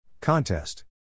Contest